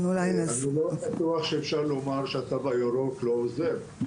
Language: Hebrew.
אני לא בטוח שאפשר לומר שהתו הירוק לא עוזר.